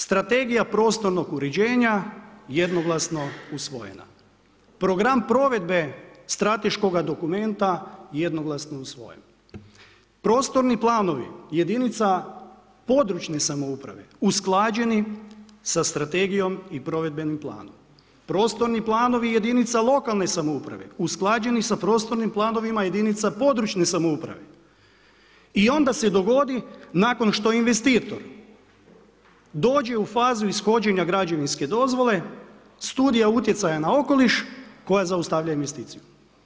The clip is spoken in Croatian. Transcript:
Strategija prostornog uređenja jednoglasno usvojena, Program provedbe strateškoga dokumenta jednoglasno usvojena, prostorni planovi jedinica područne samouprave usklađeni sa strategijom i provedbenim planom, prostorni planovi jedinica lokalne samouprave usklađeni sa prostornim planovima jedinica područne samouprave i onda se dogodi nakon što investitor dođe u fazu ishođenja građevinske dozvole studija utjecaja na okoliš koja zaustavlja investiciju.